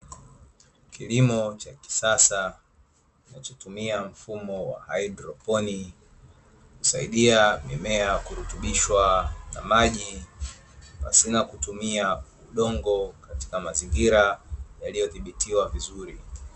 Kilimo cha kisasa kinachotumia mfumo wa haidroponi, husaidia mimea kurutubishwa na maji pasina kutumia udongo katika mazingira yaliodhibitiwa vizuri.